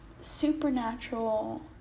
supernatural